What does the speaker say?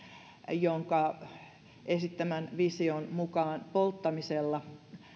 jonka esittämän vision mukaan polttamisella